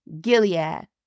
Gilead